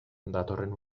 datorren